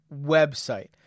website